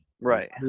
Right